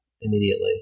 immediately